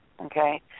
okay